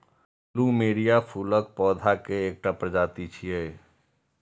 plumeria फूलक पौधा के एकटा प्रजाति छियै